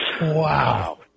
Wow